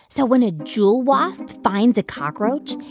so when a jewel wasp finds a cockroach,